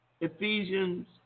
Ephesians